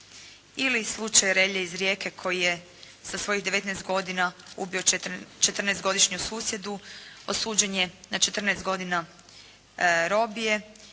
Ili slučaj Relje iz Rijeke koji je sa svojih 19 godina ubio 14 godišnju susjedu. Osuđen je na 14 godina robije